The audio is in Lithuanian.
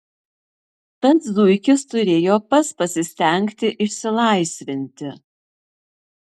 tad zuikis turėjo pats pasistengti išsilaisvinti